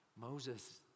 Moses